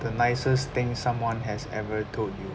the nicest thing someone has ever told you